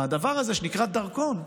הדבר הזה שנקרא דרכון,